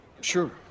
Sure